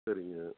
சரிங்க